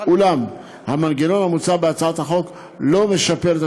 אולם המנגנון המוצע בהצעת החוק לא משפר את